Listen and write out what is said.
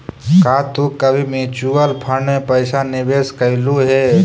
का तू कभी म्यूचुअल फंड में पैसा निवेश कइलू हे